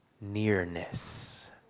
nearness